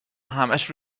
همش